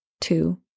two